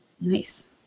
Nice